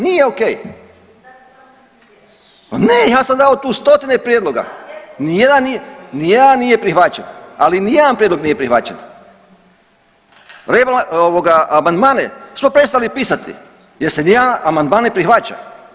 Nije okej. ... [[Upadica se ne čuje.]] Pa ne, ja sam dao tu stotine prijedloga. ... [[Upadica se ne čuje.]] Nijedan nije prihvaćen, ali nijedan prijedlog nije prihvaćen. .../nerazumljivo/... ovoga, amandmane smo prestali pisati jer se nijedan amandman ne prihvaća.